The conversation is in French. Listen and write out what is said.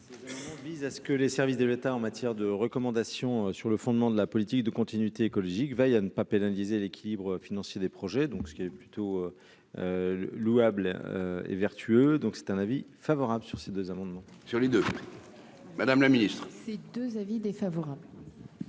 Ces. Vise à ce que les services de l'État en matière de recommandations sur le fondement de la politique de continuité écologique veillent à ne pas pénaliser l'équilibre financier des projets, donc ce qui est plutôt louables et vertueux, donc c'est un avis favorable sur ces deux amendements. Sur les deux Madame la Ministre, ces 2 avis défavorable,